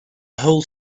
whole